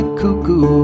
cuckoo